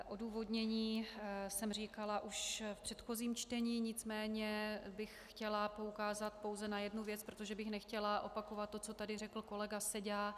Odůvodnění jsem říkala již v předchozím čtení, nicméně bych chtěla poukázat pouze na jednu věc, protože bych nechtěla opakovat to, co tady řekl kolega Seďa.